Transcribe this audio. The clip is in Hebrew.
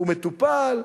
הוא מטופל.